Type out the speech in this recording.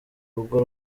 rugo